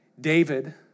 David